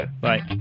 bye